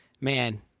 man